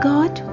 God